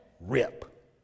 rip